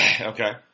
Okay